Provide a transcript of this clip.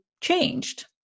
changed